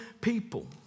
people